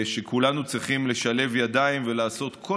וכולנו צריכים לשלב ידיים ולעשות כל